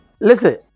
Listen